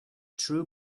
true